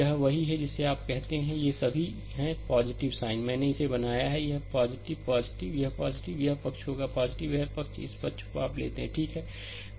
यह वही है जिसे आप कहते हैं कि ये सभी हैं साइन मैंने इसे बनाया है यह है यह है यह पक्ष होगा और यह पक्ष इस पक्ष को आप लेते हैं ठीक है